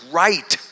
right